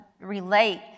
relate